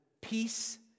peace